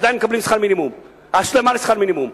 עדיין מקבלים השלמה לשכר מינימום.